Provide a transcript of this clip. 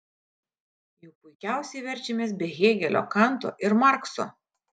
juk puikiausiai verčiamės be hėgelio kanto ir markso